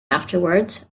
afterward